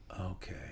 Okay